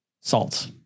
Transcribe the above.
salt